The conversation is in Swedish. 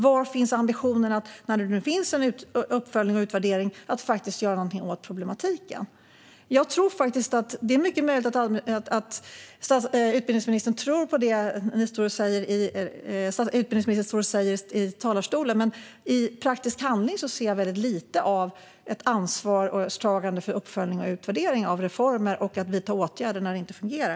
Var finns ambitionen att, när det nu finns en uppföljning och utvärdering, faktiskt göra något åt problematiken? Det är mycket möjligt att utbildningsministern tror på det hon står och säger i talarstolen, men i praktisk handling ser jag väldigt lite av ansvarstagande när det gäller uppföljning och utvärdering av reformer och åtgärder när detta inte fungerar.